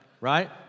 right